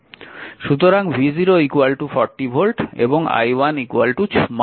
সুতরাং v0 40 volt এবং i1 6 ampere